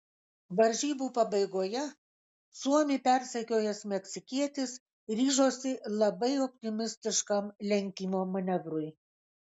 varžybų pabaigoje suomį persekiojęs meksikietis ryžosi labai optimistiškam lenkimo manevrui